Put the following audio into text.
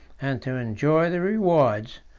and to enjoy the rewards,